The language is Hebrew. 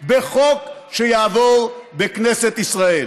בחוק שיעבור בכנסת ישראל.